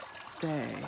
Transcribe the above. stay